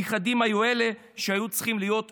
הנכדים האלה היו צריכים להיות מושמדים.